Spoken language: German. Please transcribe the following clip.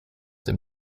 dem